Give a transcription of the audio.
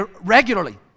regularly